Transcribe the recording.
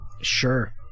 Sure